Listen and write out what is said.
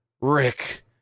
Rick